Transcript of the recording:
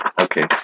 Okay